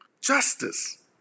Justice